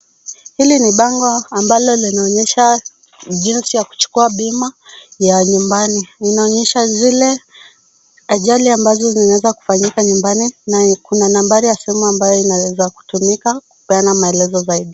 Hili ni bango ambalo linaonyesha jinsi ya kuchukua bima ya nyumbani. Inaonyesha zile ajali ambazo zinaweza kufanyika nyumbani. Kuna nambari ya simu ambayo inaweza kutumika kupeana maelezo zaidi.